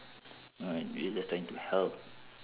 like we are just trying to help